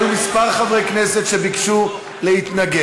היו כמה חברי כנסת שביקשו להתנגד,